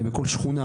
בכל שכונה,